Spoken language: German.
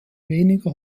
weniger